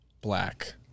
black